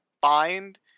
find